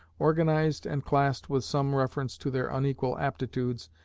organized and classed with some reference to their unequal aptitudes,